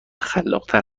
خلاقتر